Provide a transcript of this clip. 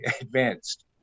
advanced